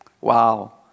Wow